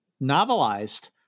novelized